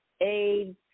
AIDS